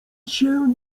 się